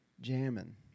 jamming